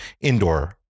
indoor